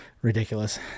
Ridiculous